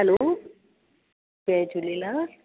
hello जय झूलेलाल